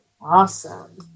Awesome